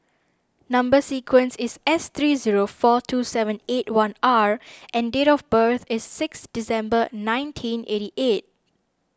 Number Sequence is S three zero four two seven eight one R and date of birth is six December nineteen eighty eight